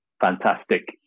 fantastic